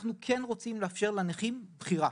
אנחנו כן רוצים לאפשר לנכים בחירה.